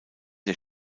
der